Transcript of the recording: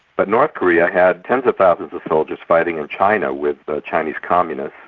but north korea had tens of thousands of soldiers fighting in china, with the chinese communists.